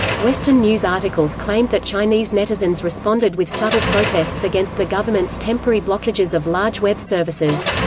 western news articles claimed that chinese netizens responded with subtle protests against the government's temporary blockages of large web services.